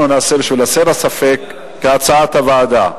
אנחנו נעשה, בשביל להסיר ספק, כהצעת הוועדה.